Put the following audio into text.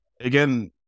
Again